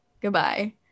Goodbye